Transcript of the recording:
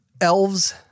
elves